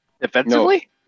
Defensively